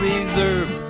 Reserve